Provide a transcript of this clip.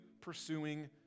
pursuing